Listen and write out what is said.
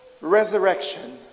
Resurrection